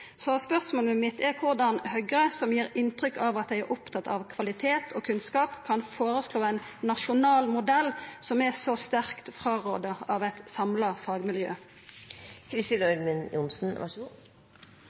Spørsmålet mitt er: Korleis kan Høgre, som gir inntrykk av å vera opptatt av kvalitet og kunnskap, føreslå ein nasjonal modell som er så sterkt frårådd av eit samla fagmiljø?